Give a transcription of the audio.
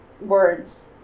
words